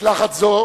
משלחת זו